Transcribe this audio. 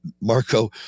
Marco